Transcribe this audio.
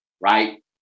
right